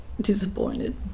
disappointed